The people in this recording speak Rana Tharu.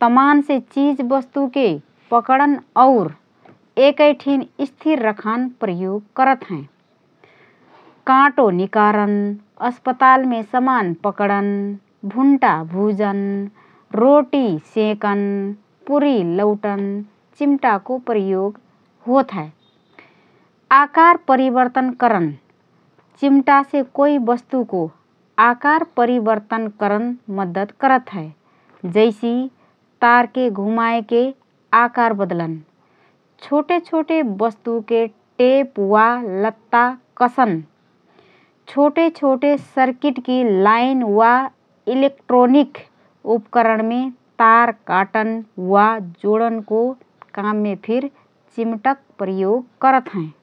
तमानसे चिझ वस्तुके पकडन और एकए ठिन स्थिर रखान प्रयोग करत हएँ । काँटो निकारन, अस्पतालमे समान पकड्न, भुन्टा भुजन, रोटी सेंकन, पुरी लौटन चिमटाको प्रयोग होत हए । आकार परिवर्तन करन: चिमटासे कोइ वस्तुको आकार परिवर्तन करन मद्दत करत हए, जैसि: तारके घुमाएके आकार बदलन । छोटे छोटे वस्तुमे टेप वा लत्ता कसन: छोटे छोटे सर्किटकी लाइन वा इलेक्ट्रोनिक उपकरणमे तार काटन वा जोडनको काममे फिर चिमटक प्रयोग करत हएँ ।